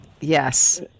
Yes